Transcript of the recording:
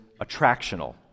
attractional